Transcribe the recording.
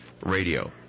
radio